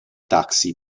taxi